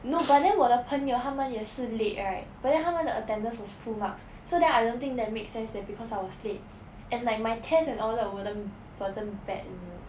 no but then 我的朋友他们也是 late right but then 他们的 attendance was full marks so then I don't think that make sense that because I was late and like my test and all that wasn't wasn't bad you know